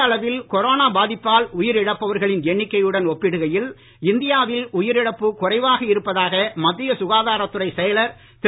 ராஜேஷ்பூஷண் உலக அளவில் கொரோனா பாதிப்பால் உயிரிழப்பவர்களின் எண்ணிக்கையுடன் ஒப்பிடுகையில் இந்தியாவில் உயிரிழப்பு குறைவாக இருப்பதாக மத்திய சுகாதாரத்துறை செயலர் திரு